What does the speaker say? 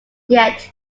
yet